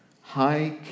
High